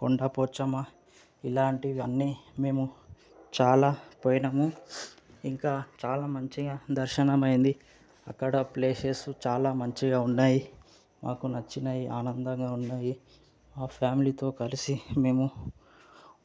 కొండ పోచమ్మ ఇలాంటివన్నీ మేము చాలా పోయినాము ఇంకా చాలా మంచిగా దర్శనమైంది అక్కడ ప్లేసెస్ చాలా మంచిగా ఉన్నాయి మాకు నచ్చినాయి ఆనందంగా ఉన్నాయి మా ఫ్యామిలీతో కలిసి మేము